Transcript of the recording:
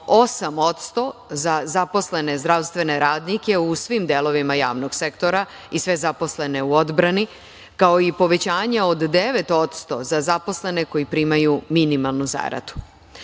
8% za zaposlene zdravstvene radnike u svim delovima javnog sektora i sve zaposlene u odbrani, kao i povećanje od 9% za zaposlene koji primaju minimalnu zaradu.